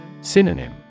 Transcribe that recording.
Synonym